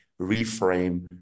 reframe